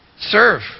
Serve